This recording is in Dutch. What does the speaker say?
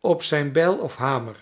op zijn bijl of hamer